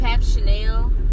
Chanel